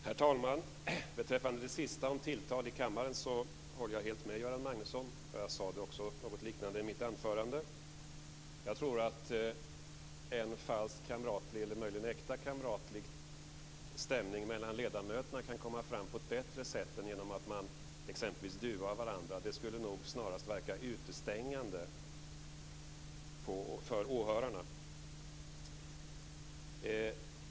Herr talman! Beträffande det sista om tilltal i kammaren håller jag helt med Göran Magnusson, och jag sade också något liknande i mitt anförande. Jag tror att en falsk eller möjligen äkta kamratlig stämning mellan ledamöterna kan komma fram på ett bättre sätt än genom att man exempelvis duar varandra. Detta skulle nog snarast verka utestängande för åhörarna.